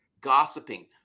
gossiping